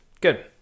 Good